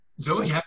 Zoe